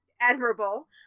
admirable